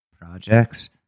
projects